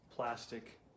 Plastic